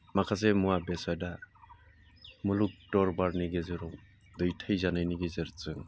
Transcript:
माखासे मुवा बेसादा मुलुग दरबारनि गेजेराव दैथायजानायनि गेजेरजों